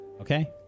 okay